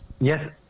Yes